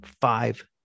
five